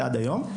עד היום.